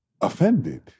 offended